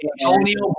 Antonio